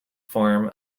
form